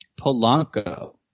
Polanco